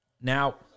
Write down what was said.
Now